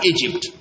Egypt